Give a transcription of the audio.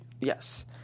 yes